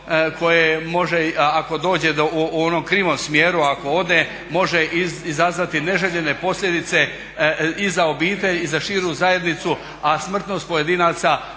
koje može ako dođe u onom krivom smjeru ako ode može izazvati neželjene posljedice i za obitelj i za širu zajednicu, a smrtnost pojedinaca